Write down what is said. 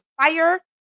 fire